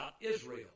Israel